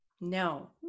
No